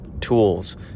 tools